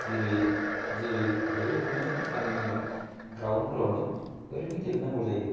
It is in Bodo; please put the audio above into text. जेरै जेरै हायो बिदिनो गामिनि ग्रावन फोरावनो ओरैनो गेले नांगौ जायो